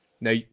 Now